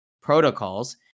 protocols